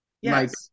Yes